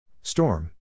storm